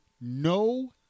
no